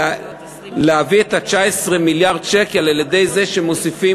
להביא את 19 מיליארד השקל על-ידי הוספת